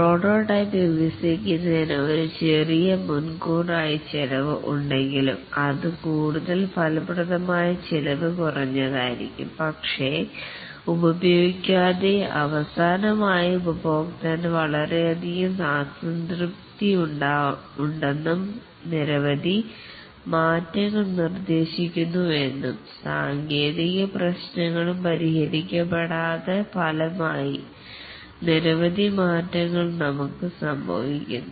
prototype വികസിപ്പിക്കുന്നതിന് ഒരു ചെറിയ മുൻകൂറായി ചെലവ് ഉണ്ടെങ്കിലും അത് കൂടുതൽ ഫലപ്രദമായി ചെലവ് കുറഞ്ഞതായിരിക്കും പക്ഷേ പ്രോട്ടോടൈപ്പ് ഉപയോഗിക്കാതെ അവസാനം ഉപഭോക്താവിന് വളരെയധികം അസംതൃപ്തി ഉണ്ടെന്നും നിരവധി മാറ്റങ്ങൾ നിർദ്ദേശിക്കുന്നു എന്നും സാങ്കേതിക പ്രശ്നങ്ങളും പരിഹരിക്കപ്പെടാത്ത ഫലമായി ആയി നിരവധി മാറ്റങ്ങൾ നടത്തേണ്ടി വരും